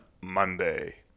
Monday